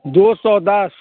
दो सौ दस